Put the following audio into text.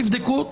תבדקו,